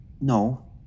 No